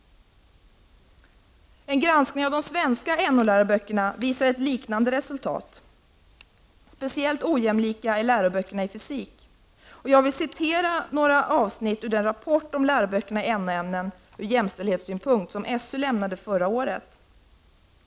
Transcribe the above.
En granskning av de svenska NO-läroböckerna visade ett liknande resultat. Speciellt ojämlika är läroböckerna i fysik. Jag vill referera några avsnitt ur den rapport om läroböckerna i NO-ämnen ur jämställdhetssynpunkt som SÖ lämnade förra året.